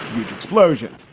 huge explosion.